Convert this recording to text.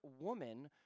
woman